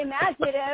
imaginative